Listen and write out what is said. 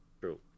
True